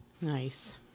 Nice